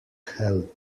help